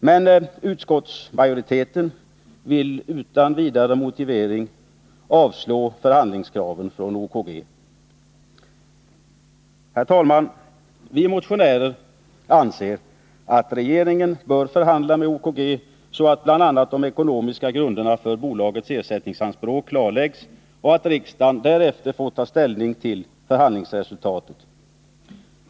Men utskottsmajoriteten vill utan vidare motivering avslå förhandlingskraven från OKG. Herr talman! Vi motionärer anser att regeringen bör förhandla med OKG, så att bl.a. de ekonomiska grunderna för bolagets ersättningsanspråk klarläggs, och att riksdagen därefter får ta ställning till förhandlingsresultatet.